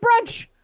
brunch